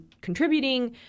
contributing